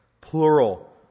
Plural